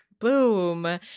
boom